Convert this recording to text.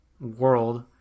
World